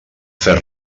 fer